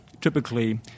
typically